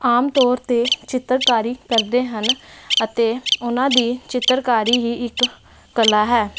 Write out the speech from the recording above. ਆਮ ਤੌਰ 'ਤੇ ਚਿੱਤਰਕਾਰੀ ਕਰਦੇ ਹਨ ਅਤੇ ਉਨ੍ਹਾਂ ਦੀ ਚਿੱਤਰਕਾਰੀ ਹੀ ਇੱਕ ਕਲਾ ਹੈ